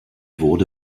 wurde